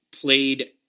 played